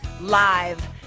Live